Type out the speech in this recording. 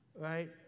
right